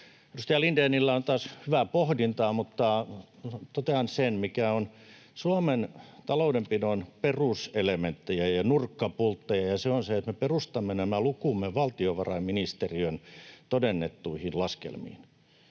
edustaja Lindénillä on taas hyvää pohdintaa, mutta totean sen, mikä on Suomen taloudenpidon peruselementtejä ja nurkkapultteja, ja se on se, että me perustamme nämä lukumme valtiovarainministeriön todennettuihin laskelmiin.